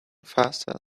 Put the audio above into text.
faster